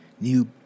new